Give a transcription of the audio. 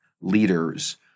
leaders